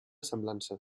semblança